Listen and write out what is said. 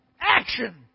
action